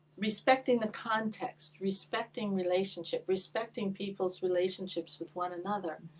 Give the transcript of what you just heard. respecting the context, respecting relationship, respecting people's relationships with one another.